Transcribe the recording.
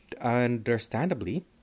understandably